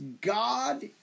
God